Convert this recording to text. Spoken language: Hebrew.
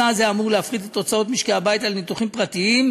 צעד זה אמור להפחית את הוצאות משקי הבית על ניתוחים פרטיים.